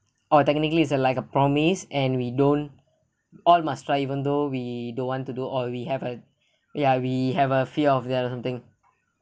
oh technically it's like a promise and we don't all must try even though we don't want to do or we have a ya we have a fear of that or something